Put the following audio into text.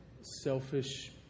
selfish